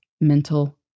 mental